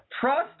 Trust